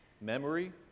memory